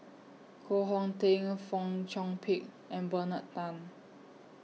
Koh Hong Teng Fong Chong Pik and Bernard Tan